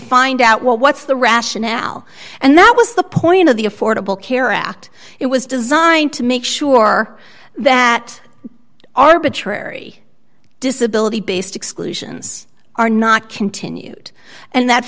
find out what what's the rationale and that was the point of the affordable care act it was designed to make sure that arbitrary disability based exclusions are not continued and that